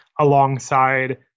alongside